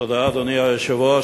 אדוני היושב-ראש,